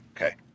Okay